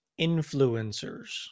influencers